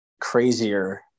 crazier